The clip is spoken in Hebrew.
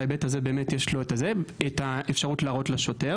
בהיבט הזה באמת יש לו את האפשרות להראות לשוטר.